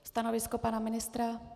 Stanovisko pana ministra?